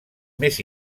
més